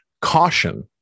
caution